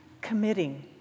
committing